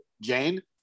Jane